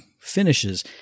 finishes